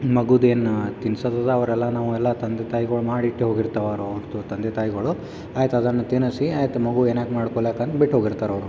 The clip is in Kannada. ಮಗುದೇನು ತಿನ್ಸದದೆ ಅವ್ರು ಎಲ್ಲ ನಾವು ಎಲ್ಲ ತಂದೆ ತಾಯಿಗಳ್ ಮಾಡಿ ಇಟ್ಟು ಹೋಗಿರ್ತಾವೆ ಅವ್ರದ್ದು ತಂದೆ ತಾಯಿಗಳು ಆಯ್ತು ಅದನ್ನು ತಿನ್ನಿಸಿ ಆಯ್ತು ಮಗು ಏನಾರು ಮಾಡ್ಕೊಲ್ಯಾಕೆ ಅಂತ ಬಿಟ್ಟು ಹೋಗಿರ್ತಾರೆ ಅವರು